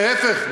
להפך,